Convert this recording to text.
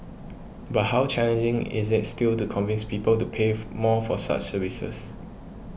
but how challenging is it still to convince people to pay for more for such services